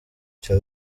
cya